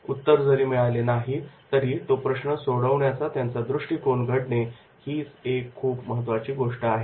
उत्तर जरी मिळाले नाही तरी तो प्रश्न सोडवण्याचा त्यांचा दृष्टिकोन घडणे हीच एक खूप महत्वाची गोष्ट आहे